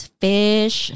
fish